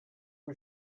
for